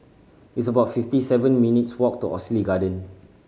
it's about fifty seven minutes' walk to Oxley Garden